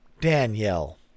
Danielle